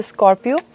Scorpio